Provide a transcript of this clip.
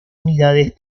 unidades